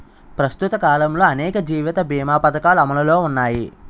ప్రస్తుత కాలంలో అనేక జీవిత బీమా పధకాలు అమలులో ఉన్నాయి